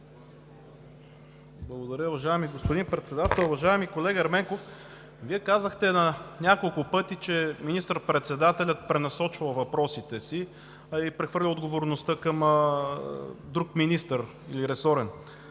Благодаря. Уважаеми господин Председател! Уважаеми колега Ерменков, Вие казахте на няколко пъти, че министър-председателят пренасочвал въпросите си и прехвърля отговорността към друг ресорен